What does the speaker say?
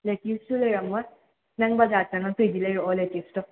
ꯂꯦꯇ꯭ꯌꯨꯁꯁꯨ ꯂꯩꯔꯝꯃꯣꯏ ꯅꯪ ꯕꯖꯥꯔ ꯆꯪꯉꯛꯇꯣꯏꯗꯤ ꯂꯩꯔꯛꯑꯣ ꯂꯦꯇ꯭ꯌꯨꯁꯇꯣ